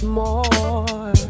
more